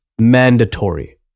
Mandatory